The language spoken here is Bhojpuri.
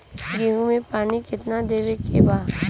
गेहूँ मे पानी कितनादेवे के बा?